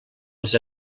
les